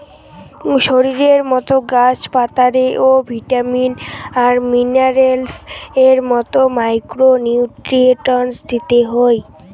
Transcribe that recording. শরীরের মতো গাছ পাতারে ও ভিটামিন আর মিনারেলস এর মতো মাইক্রো নিউট্রিয়েন্টস দিতে হই